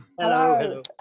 hello